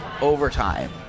overtime